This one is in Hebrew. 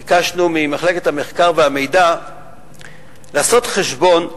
ביקשנו ממחלקת המחקר והמידע לעשות חשבון: